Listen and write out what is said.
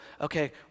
okay